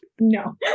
No